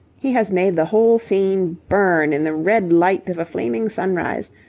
he has made the whole scene burn in the red light of a flaming sunrise,